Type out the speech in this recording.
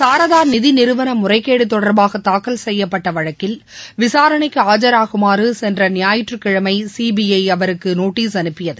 சாரதா நிதி நிறுவன முறைகேடு தொடர்பாக தாக்கல் செய்யப்பட்ட வழக்கில் விசாரணைக்கு ஆஜராகுமாறு சென்ற ஞாயிற்றுக்கிழமை சிபிஜ அவருக்கு நோட்டீஸ் அனுப்பியது